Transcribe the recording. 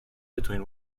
between